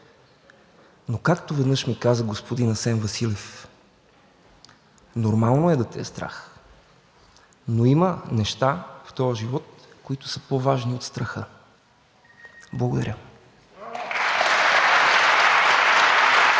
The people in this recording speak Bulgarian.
но както веднъж ми каза господин Асен Василев: „Нормално е да те е страх, но има неща в този живот, които са по-важни от страха.“ Благодаря.